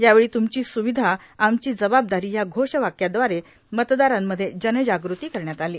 यावेळी तुमची स्र्ावधा आमची जबाबदारां या घोष वाक्याद्वारे मतदारामध्ये जनजागृती करण्यात आलो